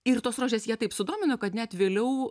ir tos rožės ją taip sudomino kad net vėliau